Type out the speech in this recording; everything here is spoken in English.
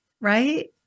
right